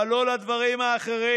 אבל לא לדברים האחרים.